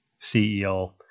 CEO